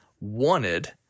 wanted –